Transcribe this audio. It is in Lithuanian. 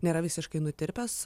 nėra visiškai nutirpęs